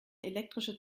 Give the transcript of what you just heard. elektrische